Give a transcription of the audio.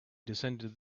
descended